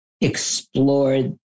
explored